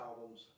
albums